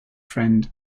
friend